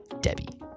Debbie